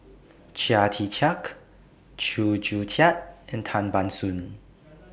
Chia Tee Chiak Chew Joo Chiat and Tan Ban Soon